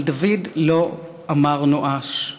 אבל דוד לא אמר נואש.